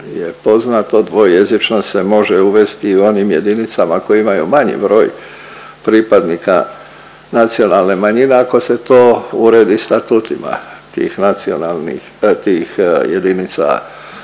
je poznato dvojezičnost se može uvesti i u onim jedinicama koje imaju manji broj pripadnika nacionalne manjine ako se to uredi statutima tih